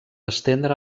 estendre